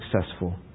successful